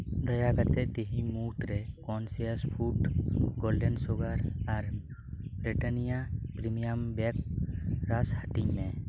ᱫᱟᱭᱟ ᱠᱟᱛᱮ ᱛᱤᱦᱤᱧ ᱢᱩᱫᱽᱨᱮ ᱠᱚᱱᱥᱤᱭᱟᱥ ᱯᱷᱩᱰ ᱜᱳᱞᱰᱮᱱ ᱥᱩᱜᱟᱨ ᱟᱨ ᱵᱨᱤᱴᱮᱱᱤᱭᱟ ᱯᱨᱤᱢᱤᱭᱟᱢ ᱵᱮᱠ ᱨᱟᱥ ᱦᱟᱹᱴᱤᱧ ᱢᱮ